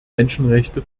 menschenrechte